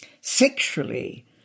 sexually